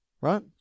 right